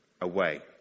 away